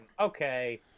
okay